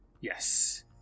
Yes